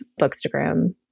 Bookstagram